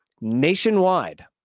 nationwide